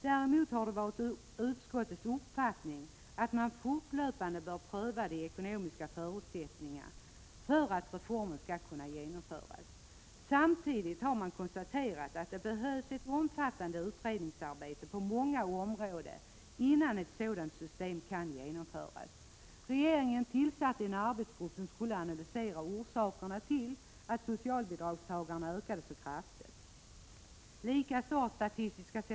Däremot är det utskottets uppfattning att man fortlöpande bör pröva de ekonomiska förutsättningarna för att kunna genomföra reformen. Samtidigt har man konstaterat att det behövs ett omfattande utredningsarbete på många områden innan ett sådant system kan genomföras. Regeringen tillsatte tidigare en arbetsgrupp som skulle analysera orsaker na till att antalet socialbidragstagare ökade så kraftigt. Likaså har statistiska — Prot.